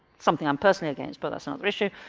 something i'm personally against but that's another issue,